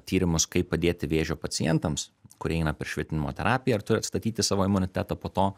tyrimus kaip padėti vėžio pacientams kurie eina per švitinimo terapiją ir turi atstatyti savo imunitetą po to